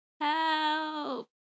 Help